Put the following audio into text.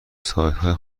سیاستهای